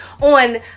on